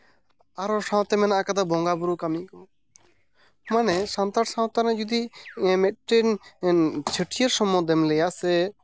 ᱟᱨᱚ ᱥᱟᱶᱛᱮ ᱢᱮᱱᱟᱜ ᱠᱟᱫᱟ ᱵᱚᱸᱜᱟᱼᱵᱩᱨᱩ ᱠᱟᱹᱢᱤ ᱢᱟᱱᱮ ᱥᱟᱱᱛᱟᱲ ᱥᱟᱶᱛᱟ ᱨᱮᱱᱟᱜ ᱡᱩᱫᱤ ᱢᱤᱫᱴᱮᱱ ᱪᱷᱟᱹᱴᱭᱟᱹᱨ ᱥᱚᱢᱚᱱᱫᱷᱮᱢ ᱞᱟᱹᱭᱟ ᱥᱮ